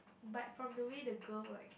but from the way the girl will